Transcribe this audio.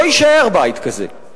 לא יישאר בית כזה.